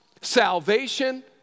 salvation